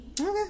Okay